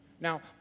Now